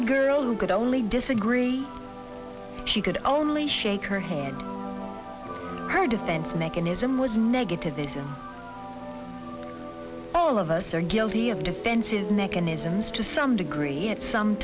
the girl who could only disagree she could only shake her head her defense mechanism was negativism all of us are guilty of defensive mechanisms to some degree at some